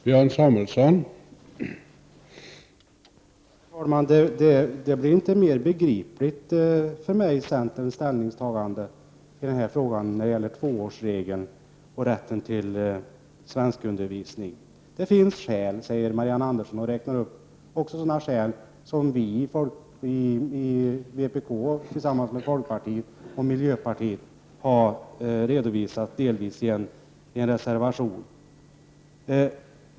Herr talman! Centerns ställningstagande i fråga om tvåårsregeln och rätten till svenskundervisning blev inte mer begripligt för mig efter detta inlägg. Det finns skäl till detta ställningstagande, säger Marianne Andersson i Vårgårda och räknar upp också sådana skäl som vi i vpk tillsammans med folkpartiet och miljöpartiet delvis har redovisat i en reservation.